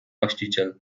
właściciel